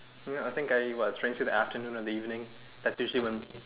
ya I think I trying to see the afternoon or the evening that's usually when